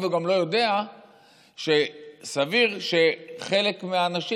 והוא גם לא יודע שסביר שחלק מהאנשים